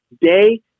Day